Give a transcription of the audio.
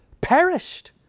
perished